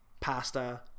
pasta